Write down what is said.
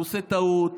הוא עושה טעות,